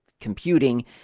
computing